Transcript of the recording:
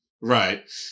Right